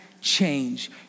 change